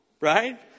right